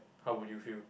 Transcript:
how would you feel